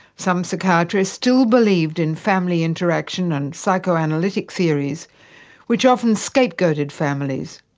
some psychiatrists still believed in family interaction and psychoanalytic theories which often scapegoated families,